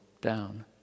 down